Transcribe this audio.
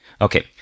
Okay